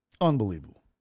Unbelievable